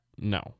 No